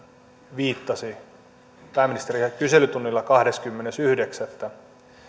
viittasi pääministerin kyselytunnilla kahdeskymmenes yhdeksättä